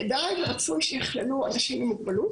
כדאי ורצוי שיכללו אנשים עם מוגבלות